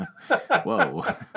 Whoa